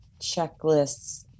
checklists